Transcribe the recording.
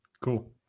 Cool